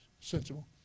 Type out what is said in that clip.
sensible